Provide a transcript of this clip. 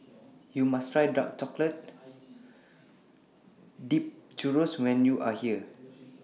YOU must Try Dark Chocolate Dipped Churro when YOU Are here